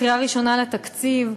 קריאה ראשונה לתקציב,